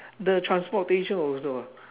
the transportation also